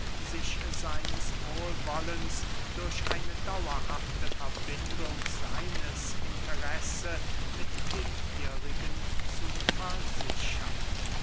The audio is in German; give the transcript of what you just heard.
seines wohlwollens durch eine dauerhafte verbindung seines interesse mit dem ihrigen zu versichern